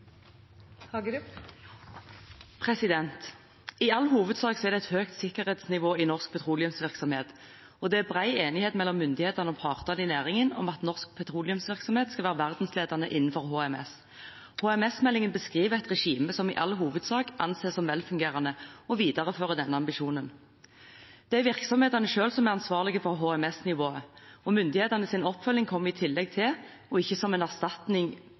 til. I all hovedsak er det et høyt sikkerhetsnivå i norsk petroleumsvirksomhet, og det er bred enighet mellom myndighetene og partene i næringen om at norsk petroleumsvirksomhet skal være verdensledende innen HMS. HMS-meldingen beskriver et regime som i all hovedsak anses som velfungerende, og som viderefører denne ambisjonen. Det er virksomhetene selv som er ansvarlige for HMS-nivået. Myndighetenes oppfølging kommer i tillegg til, og ikke som en erstatning